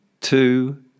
two